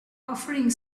offering